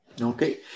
Okay